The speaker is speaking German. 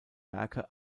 werke